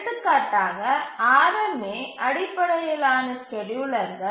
எடுத்துக்காட்டாக ஆர்எம்ஏ அடிப்படையிலான ஸ்கேட்யூலர்கள்